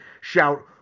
shout